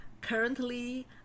Currently